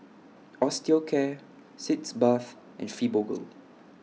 Osteocare Sitz Bath and Fibogel